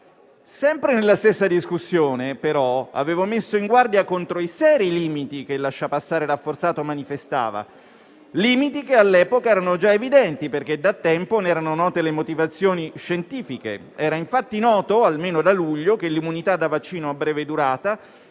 Sempre nella stessa discussione, però, avevo messo in guardia contro i seri limiti che il lasciapassare rafforzato manifestava; limiti che all'epoca erano già evidenti, perché da tempo ne erano note le motivazioni scientifiche. Era infatti noto almeno da luglio che l'immunità da vaccino ha breve durata